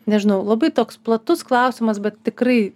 nežinau labai toks platus klausimas bet tikrai